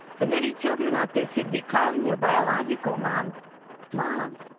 the many children out there should be calling their biological mom mom